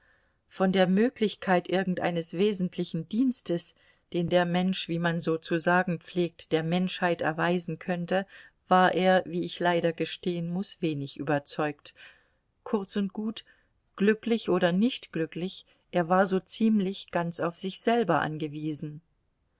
von der möglichkeit irgendeines wesentlichen dienstes den der mensch wie man so zu sagen pflegt der menschheit erweisen könnte war er wie ich leider gestehen muß wenig überzeugt kurz und gut glücklich oder nicht glücklich er war so ziemlich ganz auf sich selber angewiesen